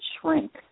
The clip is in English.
shrink